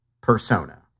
persona